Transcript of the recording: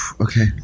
Okay